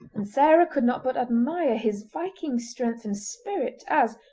and sarah could not but admire his viking strength and spirit, as,